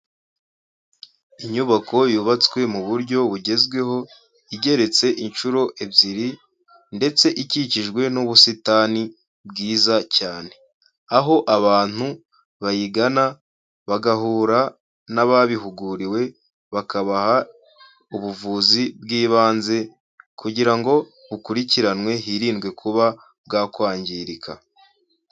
Inyubako yubatswe mu buryo bugezweho, igeretse inshuro ebyiri ndetse ikikijwe n'ubusitani bwiza cyane, aho abantu bayigana bagahura n'ababihuguriwe bakabaha ubuvuzi bw'ibanze kugira ngo bukurikiranwe, hirindwe kuba bwakwangirika.